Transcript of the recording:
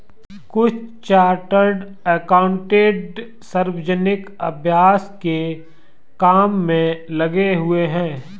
कुछ chartered accountant सार्वजनिक अभ्यास के काम में लगे हुए हैं